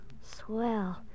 Swell